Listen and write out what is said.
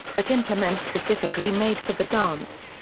but implements specifically made for the dance.